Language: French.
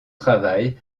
travail